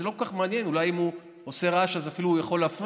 זה לא כל כך מעניין ואולי אם הוא עושה רעש הוא יכול להפריע.